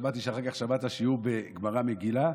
שמעתי שאחר כך שמעת שיעור בגמרא מגילה.